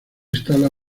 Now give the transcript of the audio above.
instala